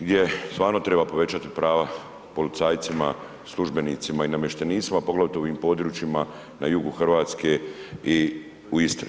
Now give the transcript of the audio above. gdje stvarno treba povećati prava policajcima, službenicima i namještenicima poglavito u ovim područjima na jugu Hrvatske i u Istri.